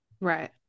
Right